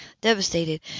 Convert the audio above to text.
devastated